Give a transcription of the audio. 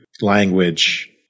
language